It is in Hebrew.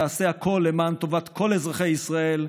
תעשה הכול לטובת כל אזרחי ישראל,